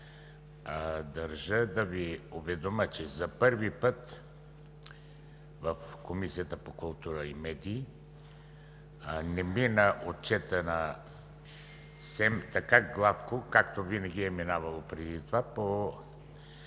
Държа да Ви уведомя, че за първи път в Комисията по културата и медиите отчетът на СЕМ не мина така гладко, както винаги е минавал преди това по